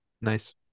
nice